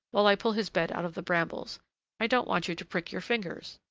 while i pull his bed out of the brambles i don't want you to prick your fingers.